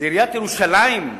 לעיריית ירושלים,